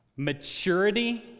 Maturity